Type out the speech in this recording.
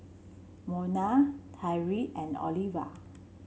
Mona Tyree and Oliva